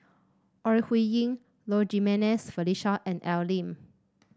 Ore Huiying Low Jimenez Felicia and Al Lim